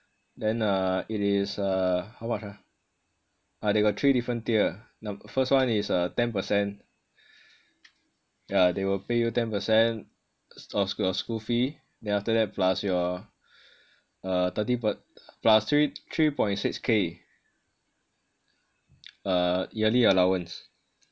then uh it is uh how much ah ah they got three different tier first one is ten percent yah they will pay you ten percent of your school fee then after that plus your uh plus three point six k uh yearly allowance